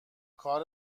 کار